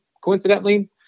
coincidentally